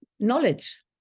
Knowledge